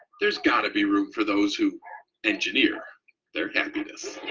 there's got to be room for those who engineer their happiness.